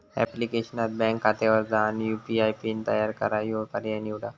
ऍप्लिकेशनात बँक खात्यावर जा आणि यू.पी.आय पिन तयार करा ह्यो पर्याय निवडा